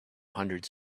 hundreds